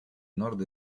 nord